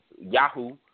Yahoo